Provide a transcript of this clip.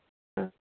हां